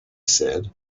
said